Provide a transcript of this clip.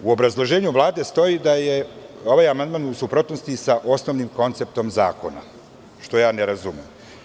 U obrazloženju Vlade stoji da je ovaj amandman u suprotnosti sa osnovnim konceptom zakona, što ja ne razumem.